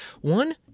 One